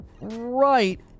Right